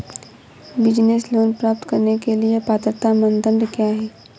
Business loan प्राप्त करने के लिए पात्रता मानदंड क्या हैं?